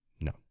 No